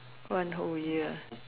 one whole year